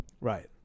Right